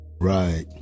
Right